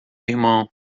irmão